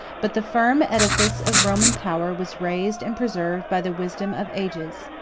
but the firm edifice of roman power was raised and preserved by the wisdom of ages.